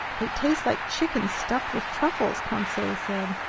they taste like chicken stuffed with truffles, conseil said.